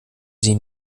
sie